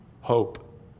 Hope